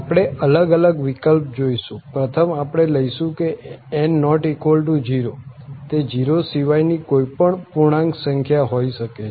આપણે અલગ અલગ વિકલ્પ જોઈશું પ્રથમ આપણે લઈશું કે n≠0તે 0 સિવાય ની કોઈ પણ પૂર્ણાંક સંખ્યા હોઈ શકે છે